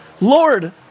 Lord